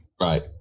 Right